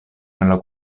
nella